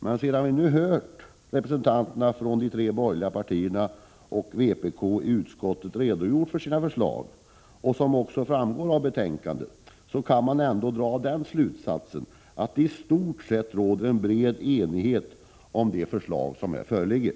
Men sedan vi nu hört utskottets tre borgerliga representanter och representanten för vpk redogöra för sina förslag, vilka också framgår av betänkandet, kan man ändå dra den slutsatsen att det i stort sett råder en bred enighet om det förslag som här föreligger.